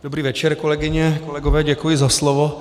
Dobrý večer, kolegyně, kolegové, děkuji za slovo.